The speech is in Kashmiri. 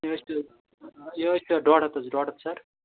یہِ حظ چھِ یہِ حظ چھِ ڈۅڈ ہَتھ حظ ڈۅڈ ہَتھ سَر